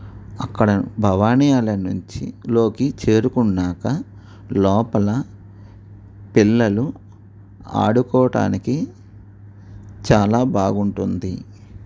అక్కడ భవానీ ఐల్యాండ్ నుంచి లోకి చేరుకున్నాక లోపల పిల్లలు ఆడుకోటానికి చాలా బాగుంటుంది